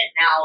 Now